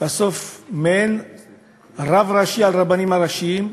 בסוף מעין רב ראשי על הרבנים הראשיים,